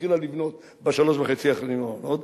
התחילה לבנות בשלוש וחצי השנים האחרונות,